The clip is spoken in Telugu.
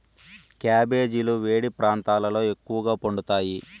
క్యాబెజీలు వేడి ప్రాంతాలలో ఎక్కువగా పండుతాయి